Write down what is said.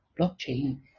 blockchain